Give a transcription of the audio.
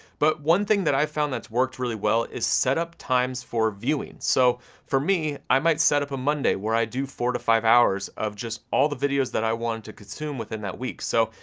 but one thing that i found that's worked really well, is setup times for viewings. so for me, i might set up a monday, where i do four to five hours, of just all the videos that i want to consume within that week. so,